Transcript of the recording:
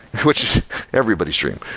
which is everybody's dream.